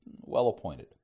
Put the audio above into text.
well-appointed